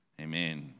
Amen